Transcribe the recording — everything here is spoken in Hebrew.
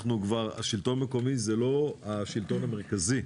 השלטון המקומי זה לא השלטון המרכזי.